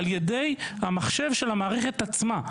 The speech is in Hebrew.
על ידי המחשב של המערכת עצמה.